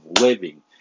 living